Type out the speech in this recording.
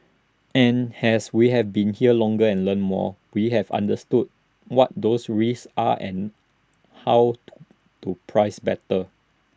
and as we have been here longer and learnt more we have understood what those risks are and how to to price better